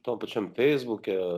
tam pačiam feisbuke